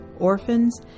orphans